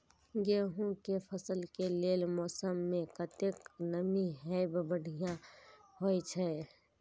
गेंहू के फसल के लेल मौसम में कतेक नमी हैब बढ़िया होए छै?